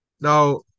Now